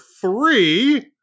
three